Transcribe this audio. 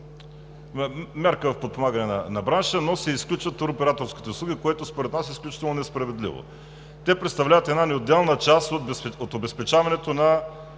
мярка за подпомагане на бранша, но туроператорските услуги се изключват, което според нас е изключително несправедливо. Те представляват една неразделна част от обезпечаването на